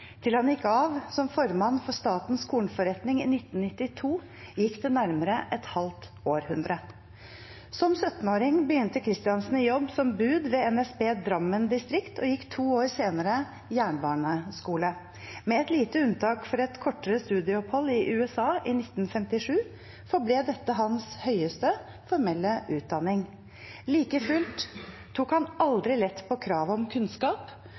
til han gikk av som formann for Statens Kornforretning i 1992, gikk det nærmere et halvt århundre. Som 17-åring begynte Christiansen i jobb som bud ved NSB Drammen distrikt, og han gikk to år senere jernbaneskole. Med et lite unntak for et kortere studieopphold i USA i 1957 forble dette hans høyeste formelle utdanning. Like fullt tok han aldri lett på kravet om kunnskap,